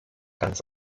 ganz